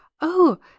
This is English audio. Oh